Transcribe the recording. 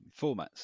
formats